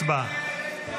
הצבעה.